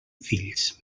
fills